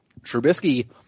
Trubisky